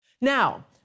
Now